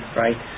right